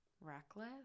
reckless